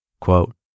Quote